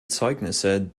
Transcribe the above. zeugnisse